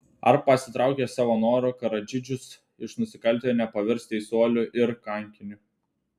ar pasitraukęs savo noru karadžičius iš nusikaltėlio nepavirs teisuoliu ir kankiniu